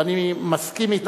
ואני מסכים אתך,